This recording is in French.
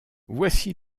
voici